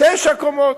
תשע קומות.